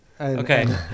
Okay